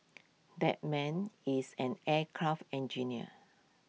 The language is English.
that man is an aircraft engineer